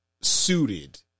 suited